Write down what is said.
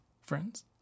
friends